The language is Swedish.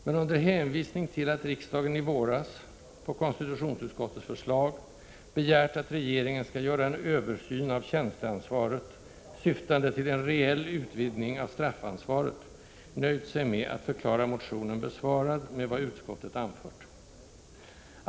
Men under hänvisning till att riksdagen i våras, .på konstitutionsutskottets förslag, begärt att regeringen skall göra en översyn av tjänsteansvaret, syftande till en reell utvidgning av straffansvaret, har utskottet nöjt sig med att förklara motionen besvarad med vad utskottet anfört.